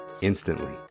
instantly